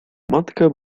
matka